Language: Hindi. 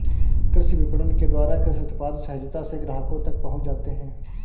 कृषि विपणन के द्वारा कृषि उत्पाद सहजता से ग्राहकों तक पहुंच जाते हैं